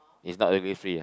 is not really free ah